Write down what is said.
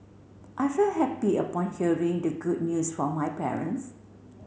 I felt happy upon hearing the good news from my parents